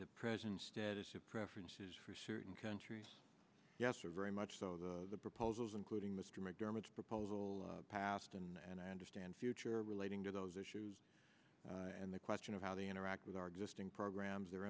the present status of preferences for certain countries yes or very much so the proposals including mr mcdermott's proposal passed and i understand future relating to those issues and the question of how they interact with our existing programs the